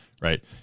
right